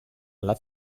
alla